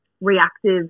reactive